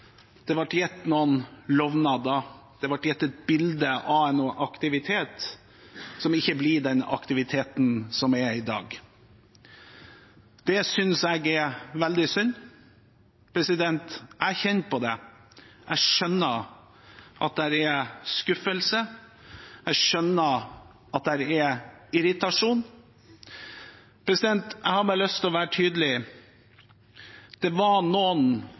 det ble gitt noen lovnader, det ble gitt et bilde av en aktivitet som ikke blir slik i dag. Det synes jeg er veldig synd. Jeg kjenner på det, og jeg skjønner at det er skuffelse, jeg skjønner at det er irritasjon. Jeg har bare lyst til å være tydelig. Det var noen